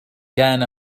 كان